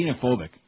xenophobic